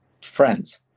friends